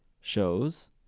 shows